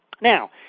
Now